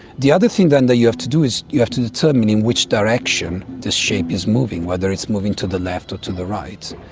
the other thing that and you have to do is you have to determine in which direction the shape is moving, whether it's moving to the left or to the right.